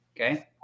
Okay